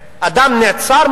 אדם נעצר,